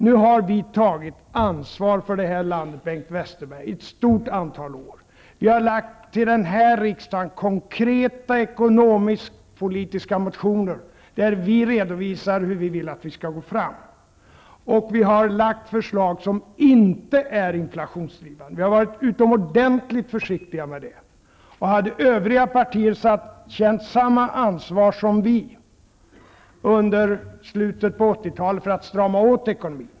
Vi har tagit ansvar för det här landet, Bengt Westerberg, under ett stort antal år. Till den här riksdagen har vi avgett konkreta ekonomisk-politiska motioner, där vi redovisar hur vi vill att man skall gå fram. Vi har lagt fram förslag som inte har varit inflationsdrivande. Det har vi varit utomordentligt försiktiga med. Övriga partier kände inte samma ansvar under slutet av 80-talet som vi gjorde för att strama åt ekonomin.